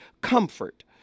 comfort